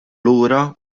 lura